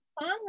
song